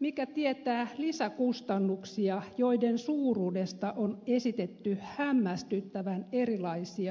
mikä tietää lisäkustannuksia joiden suuruudesta on esitetty hämmästyttävän erilaisia näkemyksiä